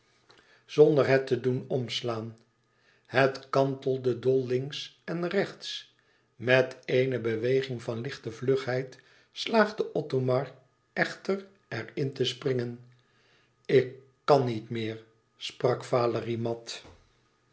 zonder het te doen e ids aargang omslaan het kantelde dol links en rechts met éene beweging van lichte vlugheid slaagde othomar echter er in te springen ik kan niet meer sprak valérie